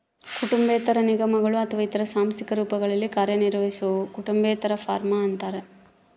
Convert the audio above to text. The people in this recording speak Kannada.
ಕುಟುಂಬೇತರ ನಿಗಮಗಳು ಅಥವಾ ಇತರ ಸಾಂಸ್ಥಿಕ ರೂಪಗಳಲ್ಲಿ ಕಾರ್ಯನಿರ್ವಹಿಸುವವು ಕುಟುಂಬೇತರ ಫಾರ್ಮ ಅಂತಾರ